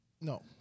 No